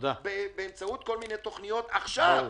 באמצעות כל מיני תוכניות עכשיו.